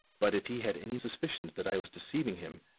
but if he had any suspicions that i was deceiving him,